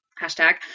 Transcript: hashtag